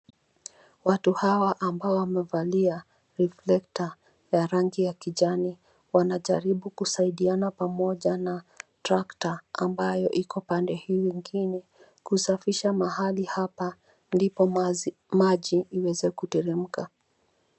Watu hawa ambao wamevalia reflector za rangi ya kijani wanajaribu kusaidiana pamoja na trekta ambayo iko pande hii ingine kusafisha mahali hapa ndipo maji iweze kuteremka.